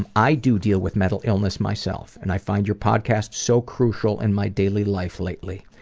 and i do deal with mental illness myself and i find your podcast so crucial in my daily life lately.